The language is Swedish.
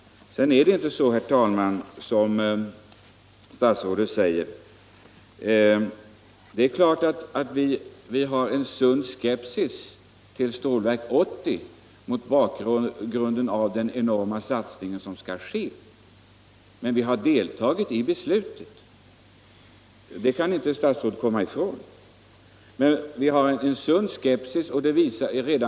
Det är klart att vi hyser en sund skepsis mot Stålverk 80 mot bakgrund av den enorma satsning som skall göras. Men vi har deltagit i beslutet, det kan inte statsrådet komma ifrån. Det visade sig emellertid redan efter några månader att vår skepsis var befogad, att projektet skulle kosta åtskilliga miljarder kronor mer än beräknat. Och det är svenska folket som skall betala det. Dessutom har det visat sig att det från miljösynpunkt kostar många hundra miljoner kronor mer än beräknat och att man inte har ett tillfredsställande underlag för ett beslut när det gäller miljöfrågorna.